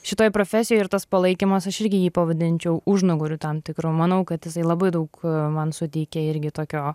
šitoj profesijoj ir tas palaikymas aš irgi jį pavadinčiau užnugariu tam tikru manau kad jisai labai daug man suteikė irgi tokio